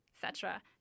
cetera